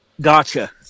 Gotcha